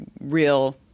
real